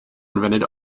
invented